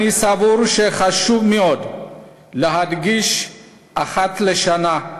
אני סבור שחשוב מאוד להדגיש אחת לשנה,